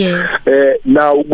Now